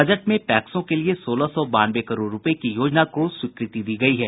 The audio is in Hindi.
बजट में पैक्सों के लिए सोलह सौ बानवे करोड़ रुपये की योजना को स्वीकृति दी गयी है